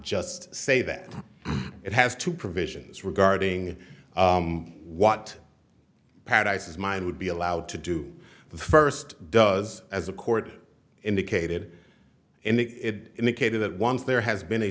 just say that it has two provisions regarding what paradises mine would be allowed to do the first does as a court indicated it indicated that once there has been a